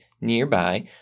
nearby